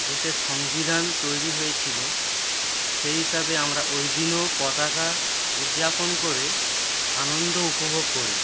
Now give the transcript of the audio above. দেশের সংবিধান তৈরি হয়েছিল সেই হিসাবে আমরা ওই দিনও পতাকা উদযাপন করে আনন্দ উপভোগ করি